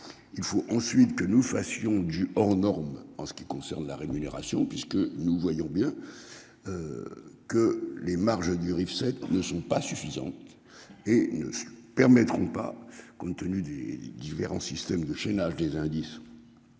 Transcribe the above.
Il faut ensuite que nous fassions du hors norme. En ce qui concerne la rémunération puisque nous voyons bien. Que les marges du Rif ne sont pas suffisantes et ne permettront pas, compte tenu des différents systèmes de chaînage des indices.